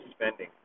spending